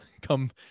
come